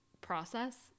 process